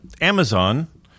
Amazon